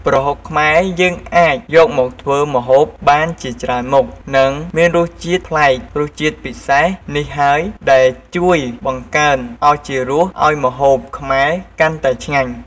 ប្រហុកខ្មែរយើងអាចយកមកធ្វើម្ហូបបានជាច្រើនមុខ និងមានរសជាតិប្លែក រសជាតិពិសេសនេះហើយដែលជួយបង្កើនឱជារសឱ្យម្ហូបខ្មែរកាន់តែឆ្ងាញ់។